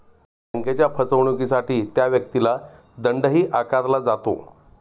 बँकेच्या फसवणुकीसाठी त्या व्यक्तीला दंडही आकारला जातो